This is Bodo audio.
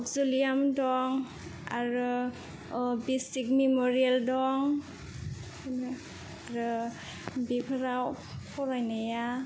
अकजिलियाम दं आरो बेसिक मेम'रियेल दं आरो बेफोराव फरायनाया